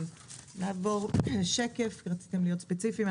נעבור שקף, כי רציתם להיות ספציפיים.